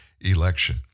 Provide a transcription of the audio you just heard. election